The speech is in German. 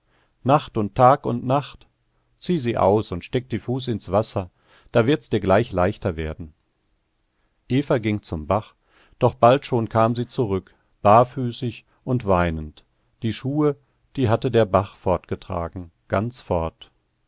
nacht und tag und nacht zieh sie aus und steck die füß ins wasser da wird's dir gleich leichter werden eva ging zum bach doch bald schon kam sie zurück barfüßig und weinend die schuhe die hatte der bach fortgetragen ganz fort